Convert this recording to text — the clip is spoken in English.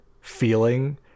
feeling